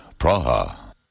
Praha